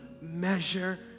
measure